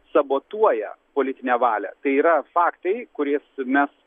sabotuoja politinę valią tai yra faktai kuriais mes